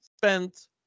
spent